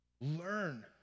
Learn